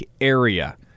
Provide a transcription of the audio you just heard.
area